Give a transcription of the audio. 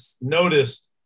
noticed